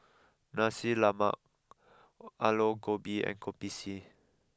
Nasi Lemak Aloo Gobi and Kopi C